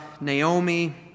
Naomi